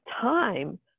time